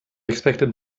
expect